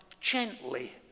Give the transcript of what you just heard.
gently